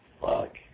Fuck